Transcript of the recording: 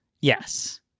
Yes